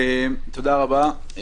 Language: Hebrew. תודה רבה.